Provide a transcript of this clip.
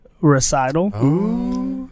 recital